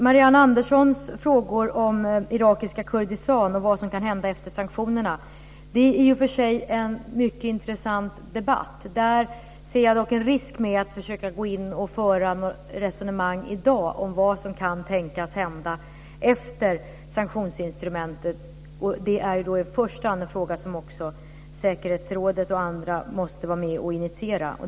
Marianne Anderssons frågor om irakiska Kurdistan och vad som kan hända efter sanktionerna skulle i och för sig ge en mycket intressant debatt. Där ser jag dock en risk med att försöka föra ett resonemang i dag om vad som kan tänkas hända efter det att man slutat använda sanktionsinstrumentet. Det är i första hand en fråga som också säkerhetsrådet och andra måste vara med och initiera.